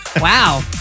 Wow